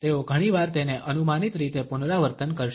તેઓ ઘણીવાર તેને અનુમાનિત રીતે પુનરાવર્તન કરશે